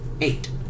Eight